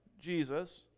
Jesus